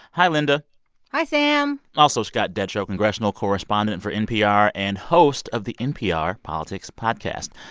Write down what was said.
hi, linda hi, sam also, scott detrow, congressional correspondent for npr and host of the npr politics podcast.